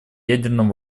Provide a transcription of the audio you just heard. ядерном